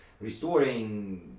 restoring